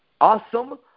awesome